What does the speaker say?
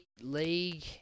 league